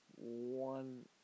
one